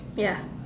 ya